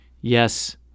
yes